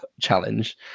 challenge